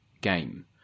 game